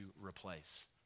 replace